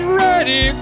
ready